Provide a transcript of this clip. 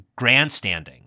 grandstanding